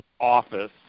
office